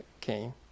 came